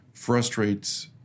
Frustrates